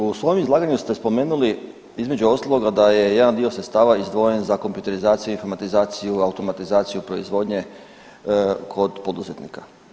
U svojem izlaganju ste spomenuli između ostaloga da je jedan dio sredstva izdvojen za kompjuterizaciju, informatizaciju, automatizaciju proizvodnje kod poduzetnika.